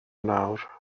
nawr